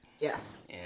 Yes